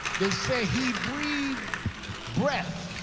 they say he breathed breath,